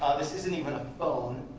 this isn't even a phone.